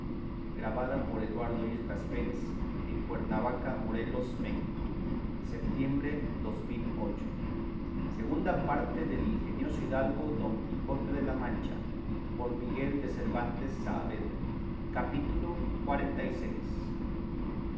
este libro de la segunda parte del ingenioso caballero don quijote de la mancha por miguel de cervantes saavedra